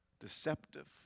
deceptive